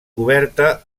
coberta